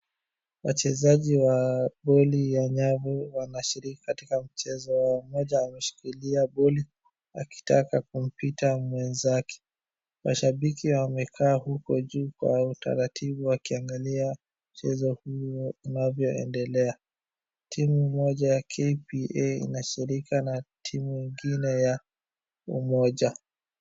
Wachezaji wa boli ya nyavu wanashiriki katika mchezo wao. mmoja ameshikiria boli, akitaka kumpita mwenzake. Mashabiki wamekaa huko juu kwa utaratibu wakiangalia mchezo huo unavyoendelea. timu moja ya KPA inashirika na timu ingine ya Umoja.